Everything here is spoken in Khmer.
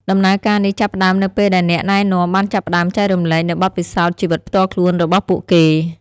ដំណើរការនេះចាប់ផ្តើមនៅពេលដែលអ្នកណែនាំបានចាប់ផ្តើមចែករំលែកនូវបទពិសោធន៍ជីវិតផ្ទាល់ខ្លួនរបស់ពួកគេ។